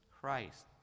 Christ